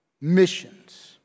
Missions